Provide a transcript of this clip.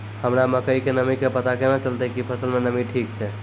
हमरा मकई के नमी के पता केना चलतै कि फसल मे नमी ठीक छै?